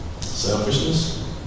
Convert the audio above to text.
Selfishness